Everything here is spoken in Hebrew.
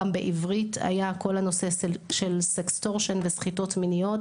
גם בעברית היה כל הנושא של סחיטות מיניות,